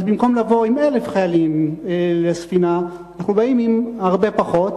אז במקום לבוא עם 1,000 חיילים לספינה אנחנו באים עם הרבה פחות,